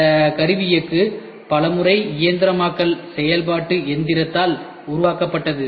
இந்த கருவி எஃகு பல முறை இயந்திரமயமாக்கல் செயல்பாட்டு எந்திரத்தால் உருவாக்கப்பட்டது